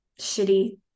shitty